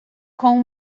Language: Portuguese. com